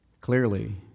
Clearly